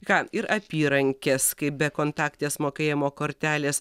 ką ir apyrankės kaip bekontaktės mokėjimo kortelės